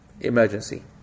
emergency